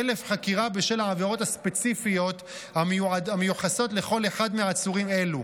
חלף חקירה בשל העבירות הספציפיות המיוחסות לכל אחד מעצורים אלה.